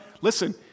listen